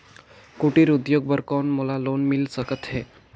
कुटीर उद्योग बर कौन मोला लोन मिल सकत हे?